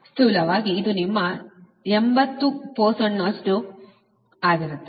ಆದ್ದರಿಂದ ಸ್ಥೂಲವಾಗಿ ಇದು ನಿಮ್ಮ ಸುಮಾರು 80 ನಷ್ಟು ಆಗಿರುತ್ತದೆ